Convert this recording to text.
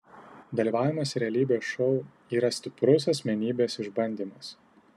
dalyvavimas realybės šou yra stiprus asmenybės išbandymas